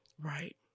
Right